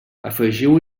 afegiu